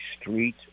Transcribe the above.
street